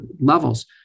levels